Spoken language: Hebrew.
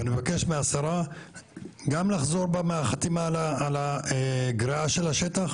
ואני מבקש מהשרה גם לחזור בה מהחתימה על הגריעה של השטח